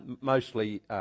mostly